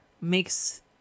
makes